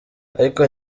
ariko